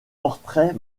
portraits